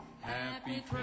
Happy